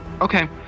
okay